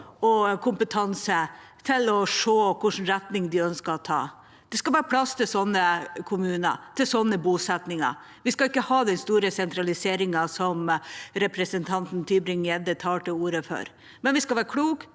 og kompetanse til å se hvilken retning de ønsker å ta. Det skal være plass til slike kommuner og slike bosettinger. Vi skal ikke ha den store sentraliseringen som representanten Mathilde Tybring-Gjedde tar til orde for. Vi skal være kloke,